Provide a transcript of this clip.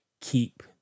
keep